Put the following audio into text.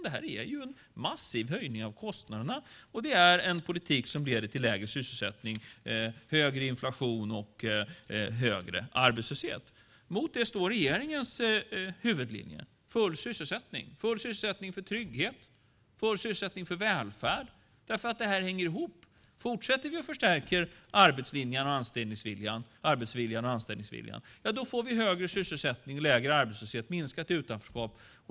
Det är en massiv höjning av kostnaderna, och det är en politik som leder till lägre sysselsättning, högre inflation och högre arbetslöshet. Mot det står regeringens huvudlinje full sysselsättning - full sysselsättning för trygghet och full sysselsättning för välfärd. Det hänger ihop. Om vi fortsätter att förstärka arbetsviljan och anställningsviljan får vi högre sysselsättning, lägre arbetslöshet och minskat utanförskap.